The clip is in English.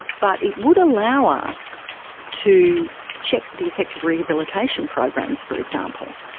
but it would allow us to check the effects of rehabilitation programs, for example.